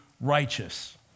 righteous